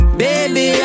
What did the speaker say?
baby